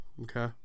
Okay